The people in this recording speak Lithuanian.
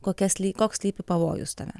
kokias lyg koks slypi pavojus tame